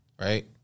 right